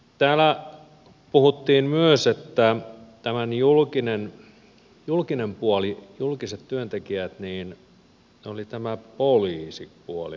täällä puhuttiin myös julkisesta puolesta julkisen työntekijöistä ja poliisipuoli nousi esille